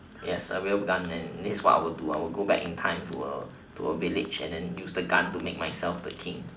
yes a real gun and this is what I would do I would go back in time to a to a village and use the gun to make myself the king